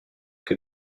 que